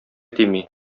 тими